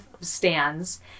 stands